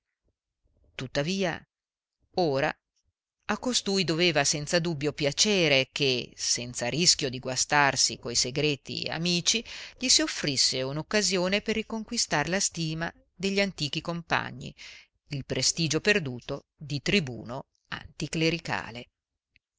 tuttavia ora a costui doveva senza dubbio piacere che senza rischio di guastarsi coi segreti amici gli si offrisse un'occasione per riconquistar la stima degli antichi compagni il prestigio perduto di tribuno